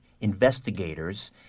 investigators